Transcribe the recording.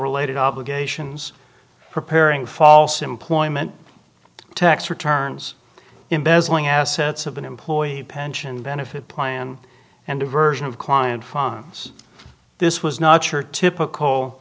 related obligations preparing false employment tax returns embezzling assets of an employee pension benefit plan and diversion of client funds this was not your typical